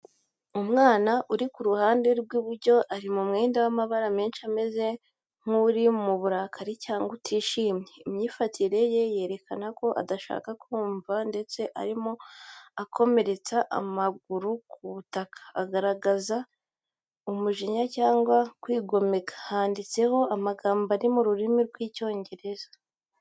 Umwana uri ku ruhande rw'iburyo ari mu mwenda w'amabara menshi ameze nk’uri mu burakari cyangwa utishimye. Imyifatire ye yerekana ko adashaka kumvira ndetse arimo akomeretsa amaguru ku butaka, agaragaza umujinya cyangwa kwigomeka. Handitseho amagambo ari mu rurimi rw'icyongereza.